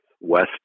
West